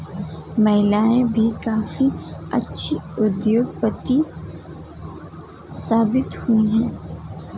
महिलाएं भी काफी अच्छी उद्योगपति साबित हुई हैं